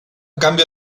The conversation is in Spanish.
cambio